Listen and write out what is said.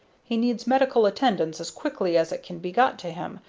he needs medical attendance as quickly as it can be got to him,